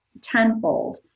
tenfold